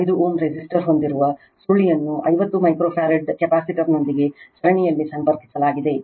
5 Ω resistor ಹೊಂದಿರುವ ಸುರುಳಿಯನ್ನು 50 micro farad ಕೆಪಾಸಿಟರ್ನೊಂದಿಗೆ ಸರಣಿಯಲ್ಲಿ ಸಂಪರ್ಕಿಸಲಾಗಿದೆ